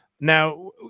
now